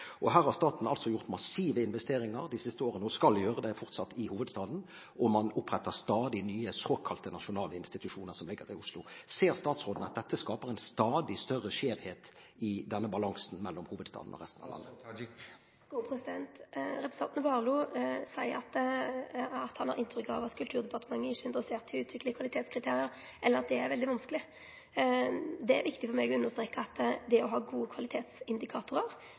Her har staten altså gjort massive investeringer de siste årene og skal gjøre det fortsatt i hovedstaden, og man oppretter stadig nye såkalte nasjonale institusjoner som ligger til Oslo. Ser statsråden at dette skaper en stadig større skjevhet i denne balansen mellom hovedstaden og resten av landet? Representanten Warloe seier at han har inntrykk av at Kulturdepartementet ikkje er interessert i å utvikle kvalitetskriterium, eller at det er veldig vanskeleg. Det er viktig for meg å understreke at eg synest at det å ha gode